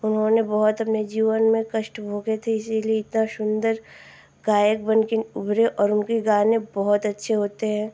उन्होंने बहुत अपने जीवन में कष्ट भोगे थे इसीलिए इतना सुन्दर गायक बनकर उभरे और उनके गाने बहुत अच्छे होते हैं